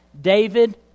David